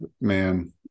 man